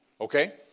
okay